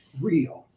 real